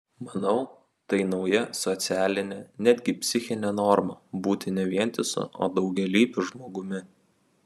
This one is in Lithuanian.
manau tai nauja socialinė netgi psichinė norma būti ne vientisu o daugialypiu žmogumi